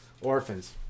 Orphans